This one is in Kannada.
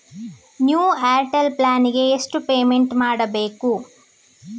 ನ್ಯೂ ಏರ್ಟೆಲ್ ಪ್ಲಾನ್ ಗೆ ಎಷ್ಟು ಪೇಮೆಂಟ್ ಮಾಡ್ಬೇಕು?